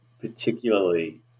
particularly